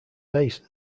basin